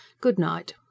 Good-night